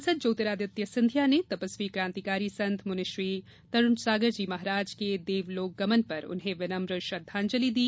सांसद ज्योतिरादित्य सिंधिया ने तपस्वी क्रांतिकारी संत मुनिश्री तरुणसागर जी महाराज के देवलोकगमन पर उन्हें विनम्र श्रद्वांजलि दी